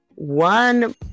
one